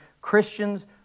Christians